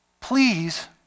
Please